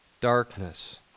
darkness